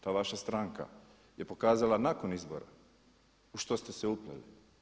Ta vaša stranka je pokazala nakon izbora u što ste se upleli.